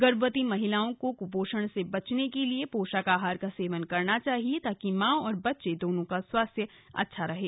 गर्भवती महिलाओं को कुपोषण से बचने के लिए पोषक आहार का सेवन करना चाहिए ताकि मां और बच्चे दोनों का स्वास्थ्य अच्छा रहें